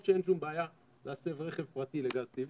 שאין שום בעיה להסב רכב פרטי לגז טבעי,